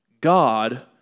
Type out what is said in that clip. God